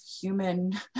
human